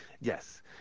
Yes